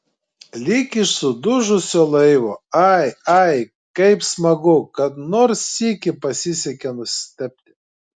lyg iš sudužusio laivo ai ai kaip smagu kad nors sykį pasisekė nustebti